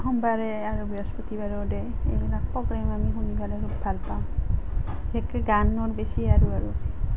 সোমবাৰে আৰু বৃহস্পতিবাৰেও দিয়ে সেইবিলাক প্ৰগ্ৰেম আমি শুনি পেলাই খুব ভাল পাওঁ বিশেষকৈ গানত বেছি আৰু আৰু